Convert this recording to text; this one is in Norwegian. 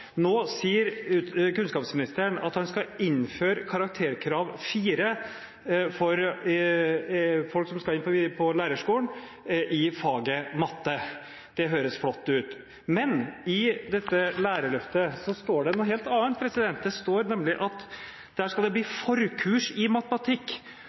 Nå sier kunnskapsministeren at han skal innføre karakterkravet 4 i faget matte for dem som skal inn på lærerskolen. Det høres flott ut. Men i dette lærerløftet står det noe helt annet. Det står nemlig at det skal